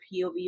POV